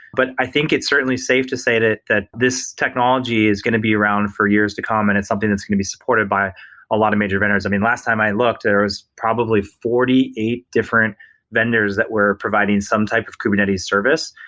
but i think it's certainly safe to say that this technology is going to be around for years to come and it's something that's going to be supported by a lot of major vendors. i mean, last time i looked, there was probably forty eight different vendors that were providing some type of kubernetes service.